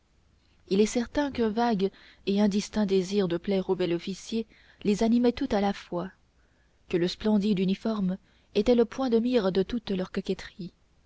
il est certain qu'un vague et indistinct désir de plaire au bel officier les animait toutes à la fois que le splendide uniforme était le point de mire de toutes leurs coquetteries